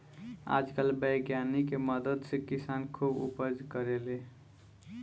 आजकल वैज्ञानिक के मदद से किसान खुब उपज करेले